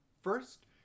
First